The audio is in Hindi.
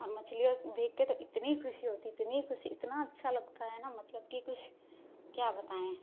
और मछली ऐसे देख के तो इतनी ख़ुशी होती है इतनी ख़ुशी इतना अच्छा लगता है ना मतलब कि कुछ क्या बताएं